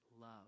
love